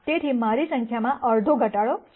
તેથી મારી સંખ્યામાં અડધો ઘટાડો છે